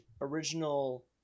original